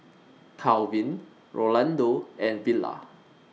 Kalvin Rolando and Villa